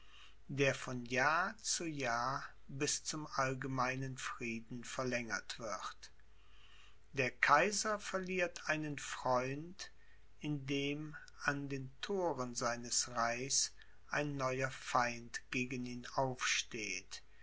der von jahr zu jahr bis zum allgemeinen frieden verlängert wird der kaiser verliert einen freund indem an den thoren seines reichs ein neuer feind gegen ihn aufsteht